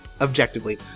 objectively